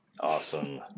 Awesome